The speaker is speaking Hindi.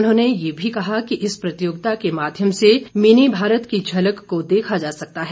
उन्होंने ये भी कहा कि इस प्रतियोगिता के माध्यम से मिनी भारत की झलक को देखा जा सकता है